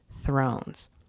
thrones